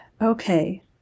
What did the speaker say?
Okay